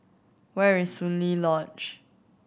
where is Soon Lee Lodge